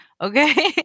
okay